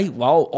wow